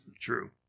True